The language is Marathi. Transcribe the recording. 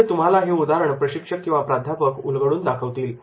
इथे तुम्हाला हे उदाहरण प्रशिक्षक किंवा प्राध्यापक उलगडून दाखवतील